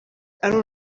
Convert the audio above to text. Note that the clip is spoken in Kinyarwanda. ari